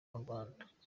rwanda